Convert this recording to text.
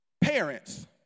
parents